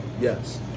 Yes